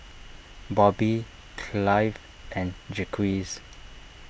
Bobby Clive and Jacquez